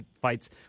fights